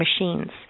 machines